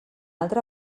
altra